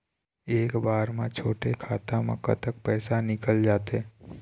एक बार म छोटे खाता म कतक पैसा निकल जाथे?